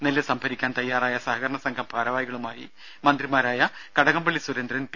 നെല്ല് സംഭരിക്കാൻ തയ്യാറായ സഹകരണസംഘം ഭാരവാഹികളുമായി മന്ത്രിമാരായ കടകംപള്ളി സുരേന്ദ്രൻ പി